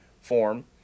form